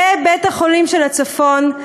זה בית-החולים של הצפון,